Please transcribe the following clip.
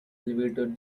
elevator